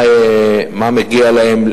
מה מגיע להם,